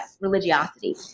religiosity